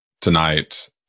tonight